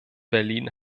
berlin